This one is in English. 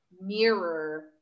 mirror